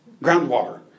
Groundwater